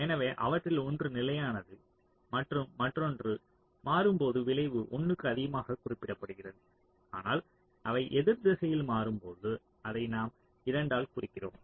எனவே அவற்றில் ஒன்று நிலையானது மற்றும் மற்றொன்று மாறும்போது விளைவு 1 க்கு அதிகமாகக் குறிப்பிடப்படுகிறது ஆனால் அவை எதிர் திசையில் மாறும்போது அதை நாம் 2 ஆல் குறிக்கிறோம்